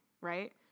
right